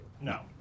No